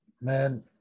Man